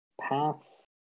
paths